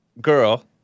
girl